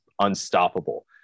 unstoppable